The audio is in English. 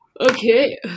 Okay